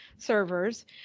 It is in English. servers